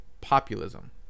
populism